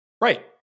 Right